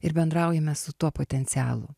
ir bendraujame su tuo potencialu